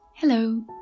Hello